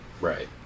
right